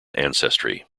ancestry